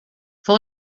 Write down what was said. fou